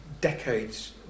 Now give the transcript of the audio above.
decades